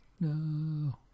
No